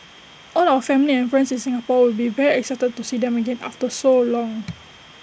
all our family and friends in Singapore will be very excited to see them again after so long